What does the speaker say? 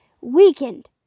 weakened